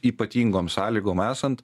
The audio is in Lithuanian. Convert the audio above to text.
ypatingom sąlygom esant